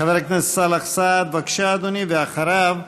חבר הכנסת סאלח סעד, בבקשה, אדוני, ואחריו,